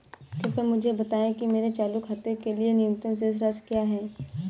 कृपया मुझे बताएं कि मेरे चालू खाते के लिए न्यूनतम शेष राशि क्या है?